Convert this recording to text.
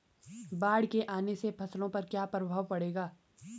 बाढ़ के आने से फसलों पर क्या प्रभाव पड़ेगा?